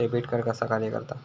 Debit card कसा कार्य करता?